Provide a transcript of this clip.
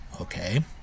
Okay